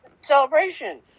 Celebration